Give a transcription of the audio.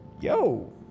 yo